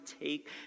take